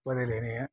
बादायलायनाया